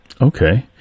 Okay